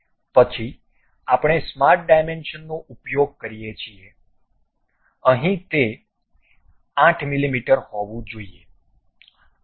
પછી આપણે smart dimension નો ઉપયોગ કરીએ છીએ અહીંથી તે 8 મીમી હોવું જોઈએ